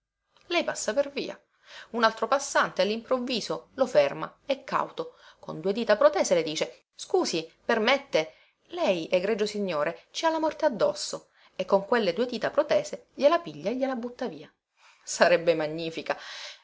lei passa per via un altro passante allimprovviso lo ferma e cauto con due dita protese le dice scusi permette lei egregio signore ci ha la morte addosso e con quelle due dita protese gliela piglia e gliela butta via sarebbe magnifica